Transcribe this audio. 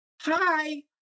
Hi